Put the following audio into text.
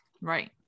right